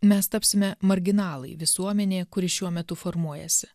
mes tapsime marginalai visuomenė kuri šiuo metu formuojasi